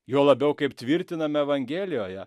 juo labiau kaip tvirtinama evangelijoje